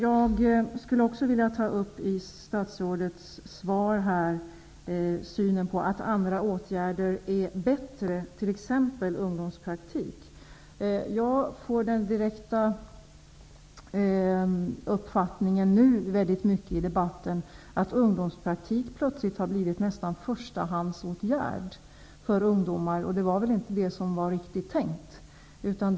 Jag skulle också vilja ta upp statsrådets inställning i svaret att andra åtgärder skulle vara bättre, t.ex. ungdomspraktik. Jag får i debatten den klara uppfattningen att ungdomspraktik plötsligt nästan har blivit en förstahandsåtgärd för ungdomar, och det var väl inte riktigt tänkt så.